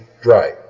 dry